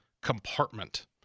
compartment